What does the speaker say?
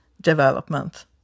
development